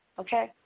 okay